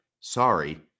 Sorry